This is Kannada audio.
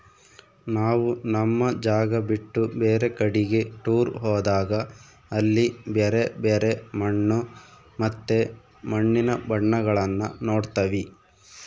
ನಾವು ನಮ್ಮ ಜಾಗ ಬಿಟ್ಟು ಬೇರೆ ಕಡಿಗೆ ಟೂರ್ ಹೋದಾಗ ಅಲ್ಲಿ ಬ್ಯರೆ ಬ್ಯರೆ ಮಣ್ಣು ಮತ್ತೆ ಮಣ್ಣಿನ ಬಣ್ಣಗಳನ್ನ ನೋಡ್ತವಿ